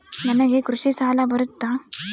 ನನಗೆ ಕೃಷಿ ಸಾಲ ಬರುತ್ತಾ?